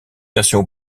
version